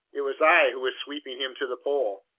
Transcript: it was i who was sweeping him to the pole.